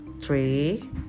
Three